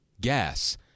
gas